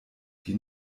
die